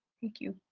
thank you.